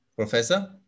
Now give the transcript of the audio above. Professor